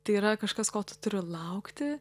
tai yra kažkas ko tu turi laukti